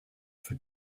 for